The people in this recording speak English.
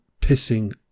pissing